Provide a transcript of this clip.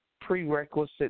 prerequisite